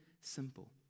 simple